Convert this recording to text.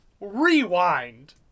rewind